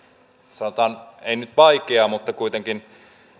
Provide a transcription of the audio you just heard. sanotaan ei nyt vaikeaa mutta kuitenkin